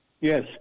yes